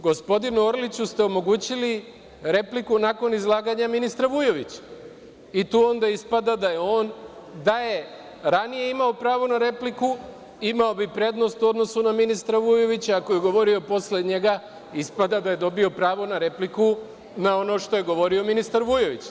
Gospodinu Orliću ste omogućili repliku nakon izlaganja ministra Vujovića, tu onda ispada da je on ranije imao pravo na repliku, imao bi prednost u odnosu na ministra Vujovića, ako je govorio posle njega ispada da je dobio pravo na repliku na ono što je govorio ministar Vujović.